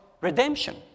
redemption